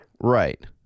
Right